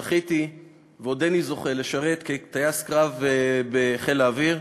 זכיתי ועודני זוכה לשרת כטייס קרב בחיל האוויר.